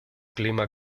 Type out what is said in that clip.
clima